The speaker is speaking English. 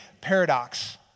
paradox